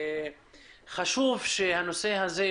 חשוב שהנושא הזה,